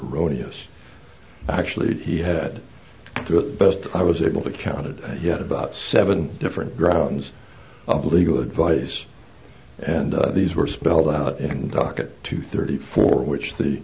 all rodeos actually he had the best i was able to count it yet about seven different grounds of legal advice and these were spelled out in kentucky at two thirty four which the